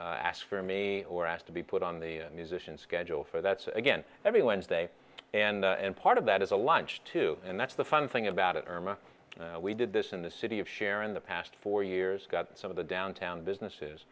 and ask for me or ask to be put on the musician schedule for that's again every wednesday and part of that is a lunch too and that's the fun thing about it irma we did this in the city of share in the past four years got some of the downtown businesses